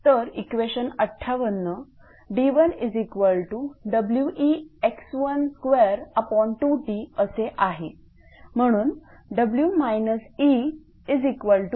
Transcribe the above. तर equation 58 d1Wex122T असे आहे म्हणून W e2